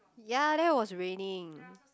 ya that was raining